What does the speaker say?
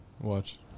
Watch